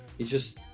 he just